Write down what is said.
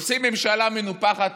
עושים ממשלה מנופחת,